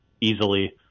easily